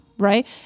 right